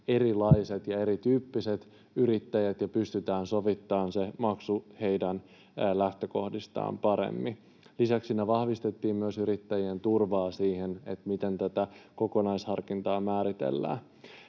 erilaiset ja erityyppiset yrittäjät ja pystytään sovittamaan se maksu heidän lähtökohdistaan paremmin. Lisäksi me vahvistettiin myös yrittäjien turvaa siihen, miten tätä kokonaisharkintaa määritellään.